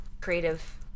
creative